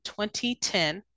2010